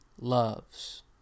loves